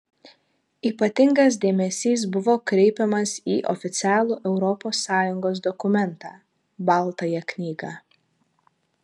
ypatingas dėmesys buvo kreipiamas į oficialų europos sąjungos dokumentą baltąją knygą